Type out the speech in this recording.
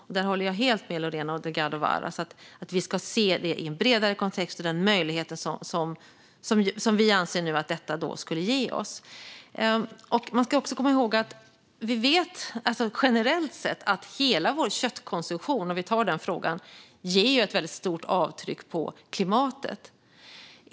Jag håller helt med Lorena Delgado Varas om att vi ska se detta i en bredare kontext och se den möjlighet som vi anser att detta skulle ge oss. Man ska komma ihåg att vi vet att hela vår köttkonsumtion generellt sett ger ett stort avtryck på klimatet.